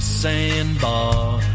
sandbar